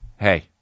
Hey